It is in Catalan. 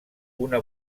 una